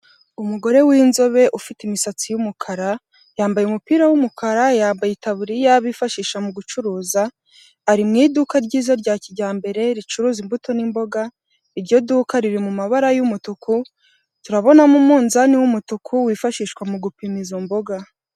Umugore w'inzobe ufite imisatsi y,umukara yambaye umupira w,umukara yambaye itaburiya bifashisha mu gucuruza, ari mu iduka ryiza rya kijyambere ricuruza imbuto n'imboga, iryo duka riri mu mabara y'umutuku turabonamo umunzani w'umutuku wifashishwa mu gupima izo mboga.